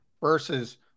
versus